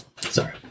Sorry